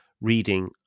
reading